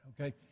okay